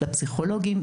לפסיכולוגים,